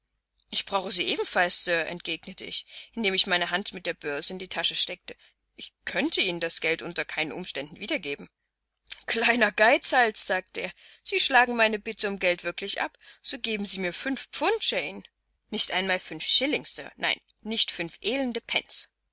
ich brauche sie ebenfalls sir entgegnete ich indem ich meine hand mit der börse in die tasche steckte ich könnte ihnen das geld unter keinen umständen wiedergeben kleiner geizhals sagte er sie schlagen meine bitte um geld wirklich ab so geben sie mir fünf pfund jane nicht einmal fünf schilling sir nein nicht fünf elende